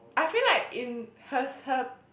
I feel like in hers her